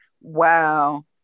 wow